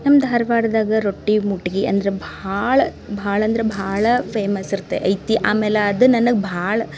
ನಮ್ಮ ಧಾರವಾಡದಾಗ ರೊಟ್ಟಿ ಮುಟ್ಗಿ ಅಂದ್ರೆ ಭಾಳ ಭಾಳ ಅಂದ್ರೆ ಭಾಳ ಫೇಮಸ್ ಇರ್ತೆ ಐತಿ ಆಮೇಲೆ ಅದು ನನಗೆ ಭಾಳ